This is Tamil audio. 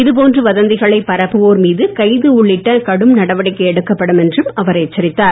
இது போன்று வதந்திகளை பரப்புவோர் மீது கைது உள்ளிட்ட கடும் நடவடிக்கை எடுக்கப்படும் என்றும் அவர் எச்சரித்தார்